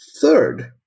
Third